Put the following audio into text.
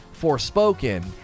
Forspoken